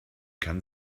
kann